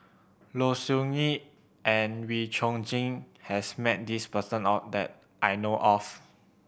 Low Siew Nghee and Wee Chong Jin has met this person that I know of